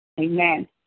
Amen